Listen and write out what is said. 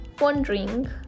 wondering